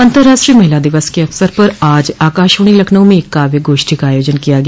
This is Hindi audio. अंतर्राष्ट्रीय महिला दिवस के अवसर पर आज आकाशवाणी लखनऊ में एक काव्य गोष्ठी का आयोजन किया गया